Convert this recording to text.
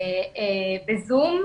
טיפול ב-זום,